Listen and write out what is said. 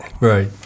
Right